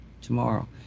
tomorrow